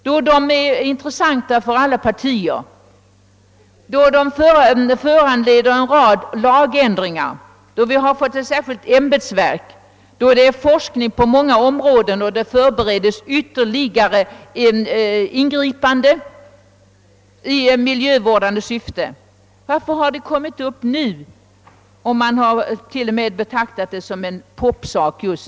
De väcker intresse i alla partier, och de föranleder lagändringar. Ett nytt ämbetsverk är tillsatt. Forskning bedrives på många miljövårdsområden och det förberedes ytterligare ingripanden i miljövårdande syfte. I kammaren har man till och med betecknat frågan som en popsak!